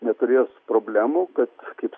neturės problemų kad kaip